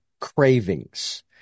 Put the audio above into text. cravings